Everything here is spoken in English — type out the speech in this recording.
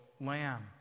lamb